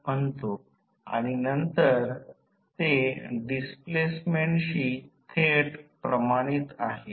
आता प्रत्यक्षात ट्रान्सफॉर्मरमध्ये आता ही शॉर्ट सर्किट टेस्ट आहे